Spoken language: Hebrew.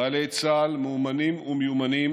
חיילי צה"ל מאומנים ומיומנים,